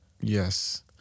Yes